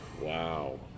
Wow